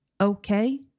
okay